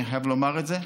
אני חייב לומר את זה,